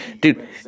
Dude